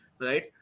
Right